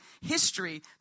history